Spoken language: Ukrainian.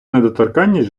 недоторканність